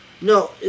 No